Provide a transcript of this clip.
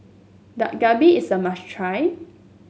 Dak Galbi is a must try